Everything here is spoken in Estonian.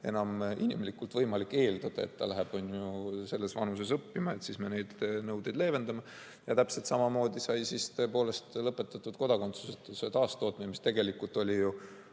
enam inimlik eeldada, et keegi läheb selles vanuses õppima, siis me neid nõudeid leevendame. Ja täpselt samamoodi sai siis tõepoolest lõpetatud kodakondsusetuse taastootmine, mis tegelikult kestis ju